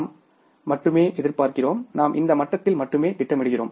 நாம் மட்டுமே எதிர்பார்க்கிறோம் நாம் இந்த மட்டத்தில் மட்டுமே திட்டமிடுகிறோம்